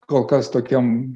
kol kas tokiam